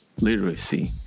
literacy